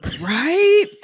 Right